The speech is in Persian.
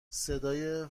صدای